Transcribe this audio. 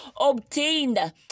obtained